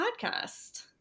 podcast